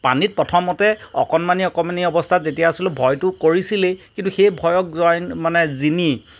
পানীত প্ৰথমতে অকণমানি অকণমানি অৱস্থাত যেতিয়া আছিলোঁ ভয়টো কৰিছিলেই কিন্তু সেই ভয়ক জইন মানে জিনি